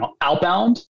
outbound